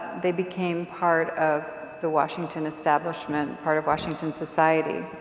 they became part of the washington establishment. part of washington society.